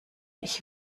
ich